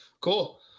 cool